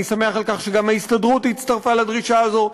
אני שמח על כך שגם ההסתדרות הצטרפה לדרישה הזאת.